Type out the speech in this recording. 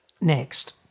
Next